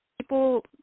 people